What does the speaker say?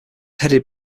headed